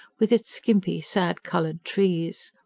with its skimpy, sad-coloured trees.